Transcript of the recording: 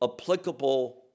applicable